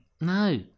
no